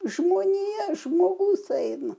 žmonija žmogus eina